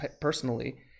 personally